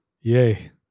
Yay